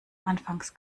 anfangs